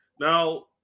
Now